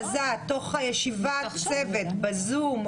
המזעזעת תוך ישיבת הצוות בזום,